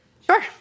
Sure